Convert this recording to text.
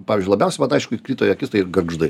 pavyzdžiui labiausiai man aišku įkrito į akis tai gargždai